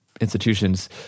institutions